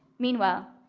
meanwhile,